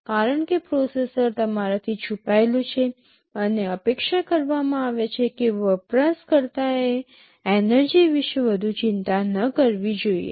કારણ કે પ્રોસેસર તમારાથી છુપાયેલું છે અને અપેક્ષા કરવામાં આવે છે કે વપરાશકર્તાએ એનર્જી વિશે વધુ ચિંતા ન કરવી જોઈએ